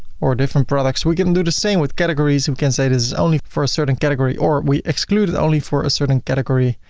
or different products. we can do the same with categories. you can say it is only for a certain category or we excluded only for a certain category,